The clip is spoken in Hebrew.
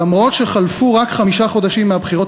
אף שחלפו רק חמישה חודשים מהבחירות